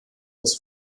das